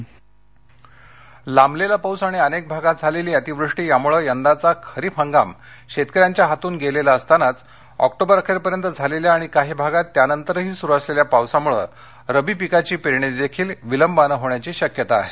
Ham लांबलेला पाऊस आणि अनेक भागात झालेली अतिवृष्टी यामुळं यंदाचा खरीप हंगाम शेतकऱ्यांच्या हातून गेलेला असतानाच ऑक्टोबर अखेरपर्यंत झालेल्या आणि काही भागात त्यानंतरही सुरु असलेल्या पावसामुळं रब्बी पिकाची पेरणी देखील विलंबाने होण्याची शक्यता आहे